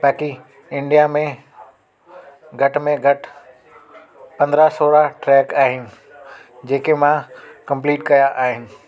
बाक़ी इंडिया में घटि में घटि सोरहं ट्रैक आहिनि जेके मां कम्पलीट कया आहिनि